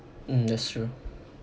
mm that's true